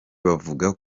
bavuga